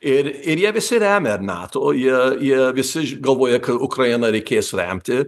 ir ir jie visi remia ir nato jie jie visi galvoja kad ukrainą reikės remti